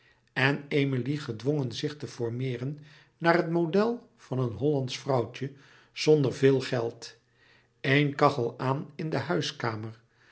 en emilie gedwongen zich te formeeren naar het model van een hollandsch vrouwtje zonder veel geld éen kachel aan in de huiskamer